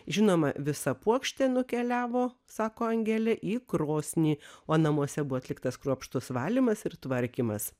žinoma visa puokštė nukeliavo sako angelė į krosnį o namuose buvo atliktas kruopštus valymas ir tvarkymas